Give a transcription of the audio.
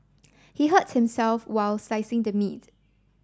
he hurt himself while slicing the meat